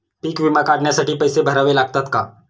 पीक विमा काढण्यासाठी पैसे भरावे लागतात का?